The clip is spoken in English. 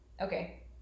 Okay